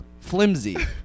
flimsy